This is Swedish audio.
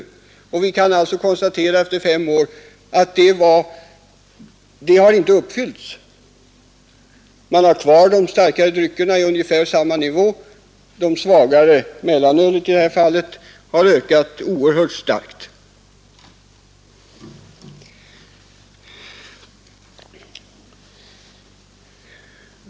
I dag, fem år senare, kan vi konstatera att förhoppningen i det fallet inte har blivit uppfylld. Konsumtionen av de starkare dryckerna ligger kvar på ungefär samma nivå, medan de svagare — i detta fall mellanölet — har ökat oerhört starkt.